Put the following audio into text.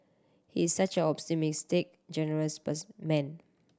he is such optimistic generous man